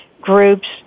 groups